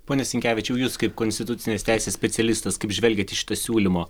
pone sinkevičiau jūs kaip konstitucinės teisės specialistas kaip žvelgiat į šito siūlymo